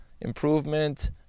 improvement